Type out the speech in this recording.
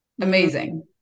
Amazing